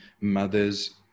mothers